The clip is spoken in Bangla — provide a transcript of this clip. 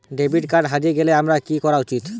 ডেবিট কার্ড হারিয়ে গেলে আমার কি করা উচিৎ?